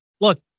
look